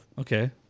Okay